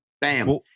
bam